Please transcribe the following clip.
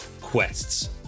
quests